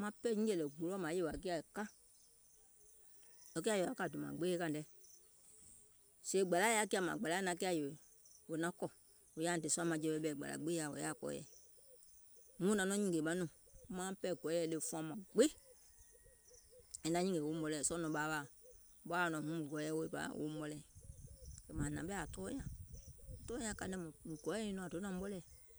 maŋ ɓɛɛ nyɛ̀lɛ̀ gboloɔ̀ yèwȧ kiȧ e ka, e kiȧ yèwà e kà dòmàŋ gbeeì kȧìŋ nɛ, sèè gbȧlȧa yaȧ kiȧ, sèè gbàlȧa naŋ kiȧ yèwè è naŋ kɔ̀, wò yȧiìŋ dè sùȧ maŋjɛ̀wɛ̀ ɓɛ̀i gbȧlȧ gbiŋ yaȧ lɛ wò yaȧa kɔɔyɛ, huŋ naŋ nɔŋ nyìngè maŋ nùùŋ, mauŋ ɓɛɛ gɔɔyɛ̀ ɗèwè fuɔŋ mȧŋ gbiŋ è naŋ nyìngè woum ɓɔlɛ̀ɛ̀, sɔɔ̀ nɔŋ wo ɓaawaaȧ, wo ɓaawaaȧ nɔŋ mùŋ gɔɔyɛ̀ woum ɓɔlɛ̀ɛ̀. Kɛ̀ mȧŋ hnàŋ ɓɛ̀ aŋ tɔɔ nyȧŋ, aŋ tɔɔ nyȧŋ kàìŋ nyaŋ mùŋ gɔɔyɛ̀ nyìŋ nɔŋ ȧŋ doum nȧŋ ɓɔlɛ̀ɛ̀